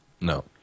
No